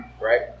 right